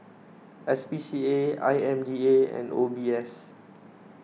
S P C A I M D A and O B S